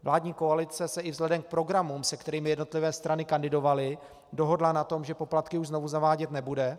Vládní koalice se i vzhledem k programům, se kterými jednotlivé strany kandidovaly, dohodla na tom, že poplatky už znovu zavádět nebude.